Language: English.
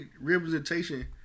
representation